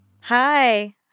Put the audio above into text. Hi